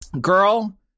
girl